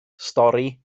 stori